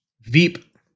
Veep